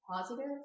positive